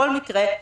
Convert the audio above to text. בכל מקרה,